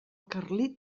carlit